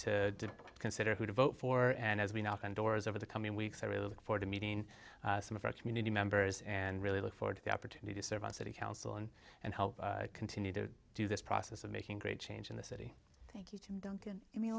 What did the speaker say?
to consider who to vote for and as we knock on doors over the coming weeks i really look forward to meeting some of our community members and really look forward to the opportunity to serve on city council and and help continue to do this process of making great change in the city thank you